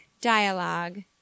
dialogue